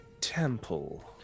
Temple